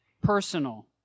personal